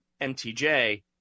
MTJ